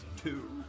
Two